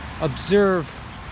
observe